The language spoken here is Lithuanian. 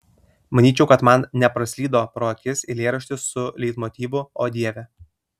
manyčiau kad man nepraslydo pro akis eilėraštis su leitmotyvu o dieve